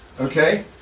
Okay